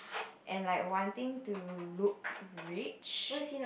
and like one thing to look rich